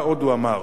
מה עוד הוא אמר?